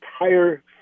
entire